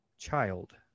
child